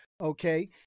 okay